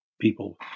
people